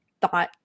thought